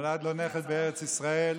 נולד לו נכד בארץ ישראל.